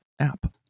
app